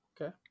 Okay